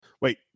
Wait